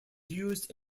used